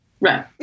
Right